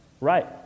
Right